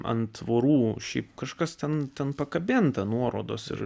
ant tvorų šiaip kažkas ten ten pakabinta nuorodos ir